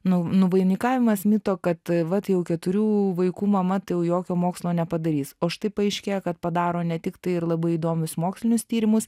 nuvainikavimas mito kad vat jau keturių vaikų mama tai jau jokio mokslo nepadarys o štai paaiškėja kad padaro ne tiktai ir labai įdomius mokslinius tyrimus